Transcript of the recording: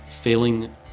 failing